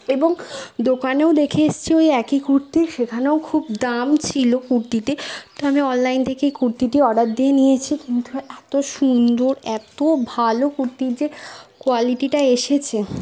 এবং দোকানেও দেখে এসছি ওই একই কুর্তি সেখানেও খুব দাম ছিল কুর্তিটির তো আমি অনলাইন থেকেই কুর্তিটি অর্ডার দিয়ে নিয়েছি কিন্তু এত সুন্দর এত ভালো কুর্তি যে কোয়ালিটিটা এসেছে